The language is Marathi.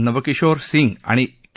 नवाकिशोर सिंग आणि के